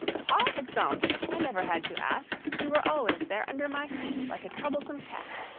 par exemple! i never had to ask. you were always there under my feet, like a troublesome cat.